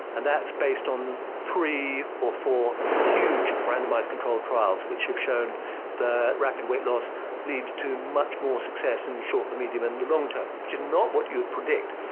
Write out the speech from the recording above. and that's based on three or four huge randomised controlled trials which have shown that rapid weight loss leads to much more success in the short, the medium and the long term, which is not what you would predict.